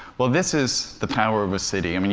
well, this is the power of a city. i mean,